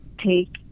take